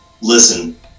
Listen